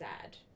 sad